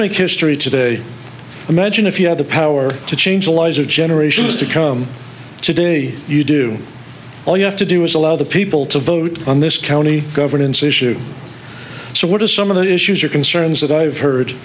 make history today imagine if you had the power to change the lives of generations to come today you do all you have to do is allow the people to vote on this county governance issue so what are some of the issues or concerns that i've heard